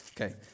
Okay